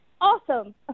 Awesome